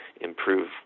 improve